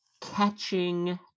Catching